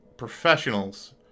professionals